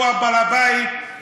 שהוא בעל הבית,